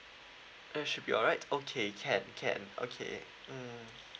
ya should be alright okay can can okay mm